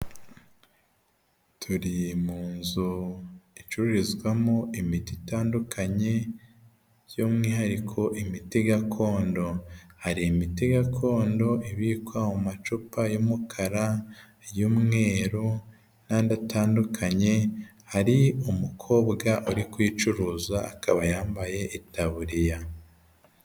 Turi mu nzu icururizwamo imiti itandukanye by'umwihariko imiti gakondo. Hari imiti gakondo ibikwa mu macupa y'umukara, y'umweru n'andi atandukanye. Hari umukobwa uri kuyicuruza akaba yambaye itaburiya.